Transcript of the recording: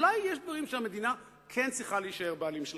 אולי יש דברים שהמדינה כן צריכה להישאר הבעלים שלהם,